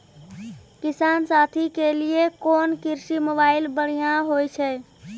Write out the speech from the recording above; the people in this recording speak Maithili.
किसान साथी के लिए कोन कृषि मोबाइल बढ़िया होय छै?